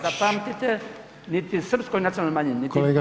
zapamtite, niti srpskoj nacionalnoj manjini niti